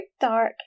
dark